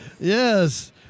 Yes